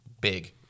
big